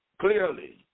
clearly